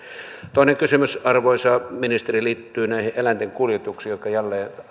toinen kysymys arvoisa ministeri liittyy näihin eläinten kuljetuksiin jotka jälleen ovat